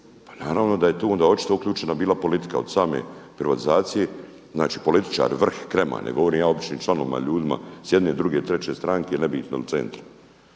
naravno da je tu onda očito bila uključena politika od same privatizacije, znači političari vrh, krema, ne govorim ja o običnim članovima, ljudima s jedne, druge, treće stranke ili nebitno u centru.